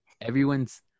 everyone's